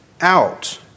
out